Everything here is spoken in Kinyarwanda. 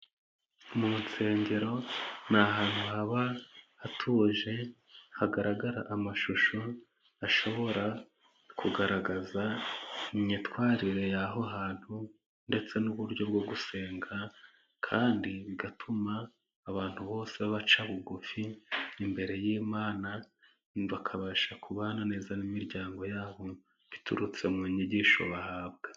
Mu nsengero ni ahantu haba hatuje hagaragara amashusho ashobora kugaragaza imyitwarire y'aho hantu, ndetse n'uburyo bwo gusenga kandi bigatuma abantu bose baca bugufi imbere y'Imana, bakabasha kubana neza n'imiryango yabo biturutse mu nyigisho bahabwa.